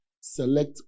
select